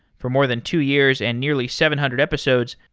for more than two years and nearly seven hundred episodes,